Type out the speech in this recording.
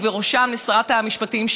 ובראשם לשרת המשפטים,